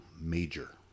major